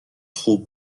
خوب